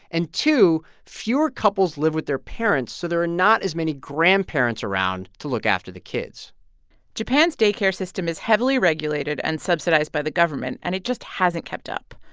and, two, fewer couples live with their parents, so there are not as many grandparents around to look after the kids japan's day care system is heavily regulated and subsidized by the government, and it just hasn't kept up.